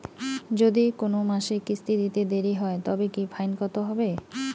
যদি কোন মাসে কিস্তি দিতে দেরি হয় তবে কি ফাইন কতহবে?